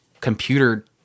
computer